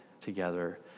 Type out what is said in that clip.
together